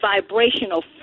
vibrational